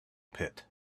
pit